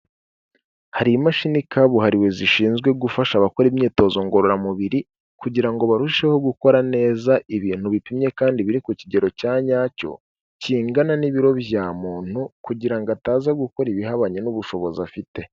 Hari imashini kabuhariwe zishinzwe gufasha abakora imyitozo ngororamubiri kugira ngo barusheho gukora neza ibintu bipimye kandi biri ku kigero cya nyacyo, kingana n'ibiro bya muntu kugira ngo ataza gukora ibihabanye n'ubushobozi afite.